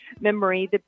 memory